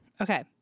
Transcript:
Okay